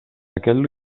aquell